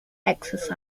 exercise